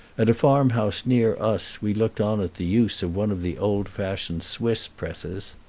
at a farm-house near us we looked on at the use of one of the old-fashioned swiss presses.